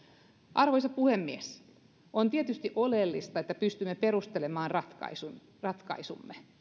arvoisa puhemies on tietysti oleellista että pystymme perustelemaan ratkaisumme